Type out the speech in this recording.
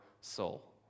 soul